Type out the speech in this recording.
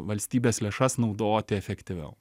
valstybės lėšas naudoti efektyviau